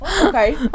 Okay